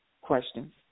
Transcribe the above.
Questions